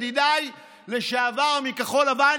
ידידיי לשעבר מכחול לבן,